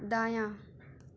دایاں